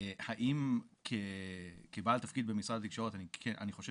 האם כבעל תפקיד במשרד התקשורת אני חושב